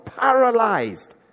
paralyzed